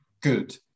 good